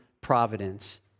providence